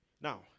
now